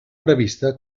prevista